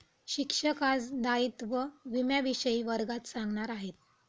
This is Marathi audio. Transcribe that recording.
शिक्षक आज दायित्व विम्याविषयी वर्गात सांगणार आहेत